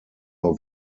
nur